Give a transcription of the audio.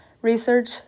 Research